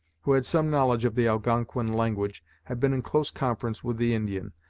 who had some knowledge of the algonquin language, had been in close conference with the indian,